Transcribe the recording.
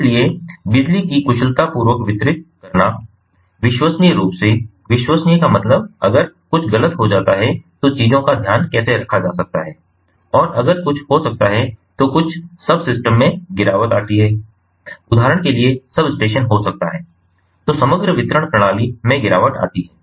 इसलिए बिजली को कुशलतापूर्वक वितरित करना विश्वसनीय रूप से विश्वसनीय का मतलब अगर कुछ गलत हो जाता है तो चीजों का ध्यान कैसे रखा जा सकता है और अगर कुछ हो सकता है तो कुछ सबसिस्टम में गिरावट आती है उदाहरण के लिए सबस्टेशन हो सकता है तो समग्र वितरण प्रणाली में गिरावट आती है